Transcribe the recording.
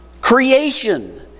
creation